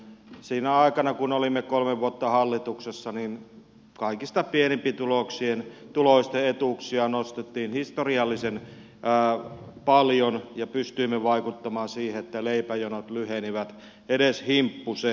sinä aikana kun olimme kolme vuotta hallituksessa kaikista pienituloisimpien etuuksia nostettiin historiallisen paljon ja pystyimme vaikuttamaan siihen että leipäjonot lyhenivät edes himppusen